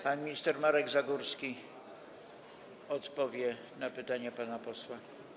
Pan minister Marek Zagórski odpowie na pytanie pana posła.